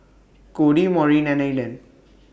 Cody Maureen and Eden